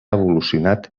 evolucionat